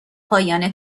پایان